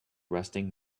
resting